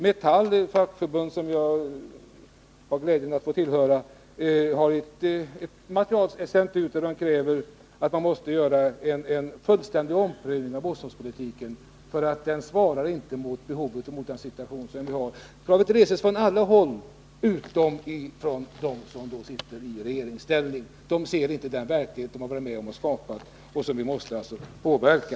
Metall, ett fackförbund som jag har glädjen att tillhöra, har sänt ut ett material där man kräver en fullständig omprövning av bostadspolitiken, eftersom den inte svarar mot de behov och den situation som vi nu har. Sådana krav reses från alla håll utom från dem som sitter i regeringsställning. De ser inte den verklighet som de varit med om att skapa och som vi måste försöka påverka.